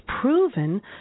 proven